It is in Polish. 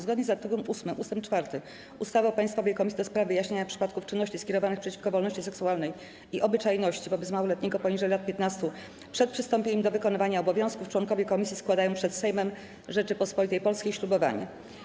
Zgodnie z art. 8 ust. 4 ustawy o Państwowej Komisji do spraw wyjaśniania przypadków czynności skierowanych przeciwko wolności seksualnej i obyczajności wobec małoletniego poniżej lat 15 przed przystąpieniem do wykonywania obowiązków członkowie komisji składają przed Sejmem Rzeczypospolitej Polskiej ślubowanie.